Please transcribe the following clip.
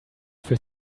für